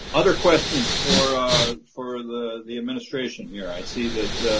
other questions for for the the administration here, i see that